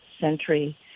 century